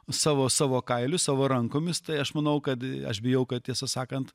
savo savo kailiu savo rankomis tai aš manau kad aš bijau kad tiesą sakant